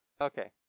Okay